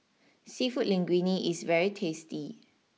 Seafood Linguine is very tasty